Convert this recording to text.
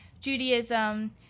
Judaism